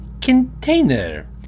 container